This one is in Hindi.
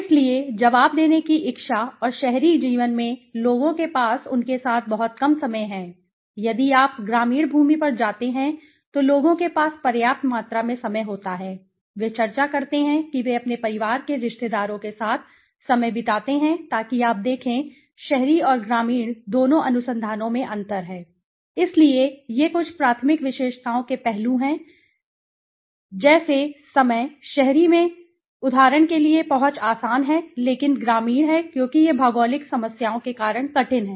इसलिए जवाब देने की इच्छा और शहरी जीवन में लोगों के पास उनके साथ बहुत कम समय है यदि आप ग्रामीण भूमि पर जाते हैं तो लोगों के पास पर्याप्त मात्रा में समय होता है वे चर्चा करते हैं कि वे अपने परिवार के रिश्तेदारों के साथ समय बिताते हैं ताकि आप देखें शहरी और ग्रामीण दोनों अनुसंधानों में अंतर पर इसलिए ये कुछ प्राथमिक विशेषताओं के पहलू हैं जैसे समय शहरी में उदाहरण के लिए पहुँच आसान है लेकिन ग्रामीण है क्योंकि यह भौगोलिक समस्याओं के कारण कठिन है